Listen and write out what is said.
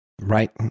Right